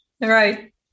Right